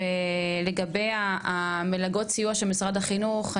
לגבי מלגות הסיוע של משרד החינוך,